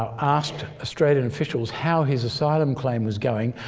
um asked australian officials how his asylum claim was going.